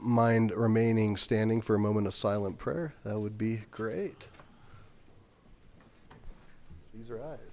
mind remaining standing for a moment of silent prayer that would be great